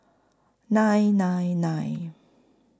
nine nine nine